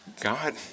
God